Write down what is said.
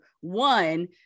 one